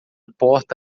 porta